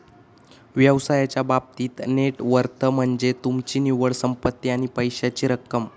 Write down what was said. व्यवसायाच्या बाबतीत net worth म्हनज्ये तुमची निव्वळ संपत्ती आणि पैशाची रक्कम